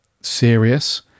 serious